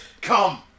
come